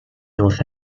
north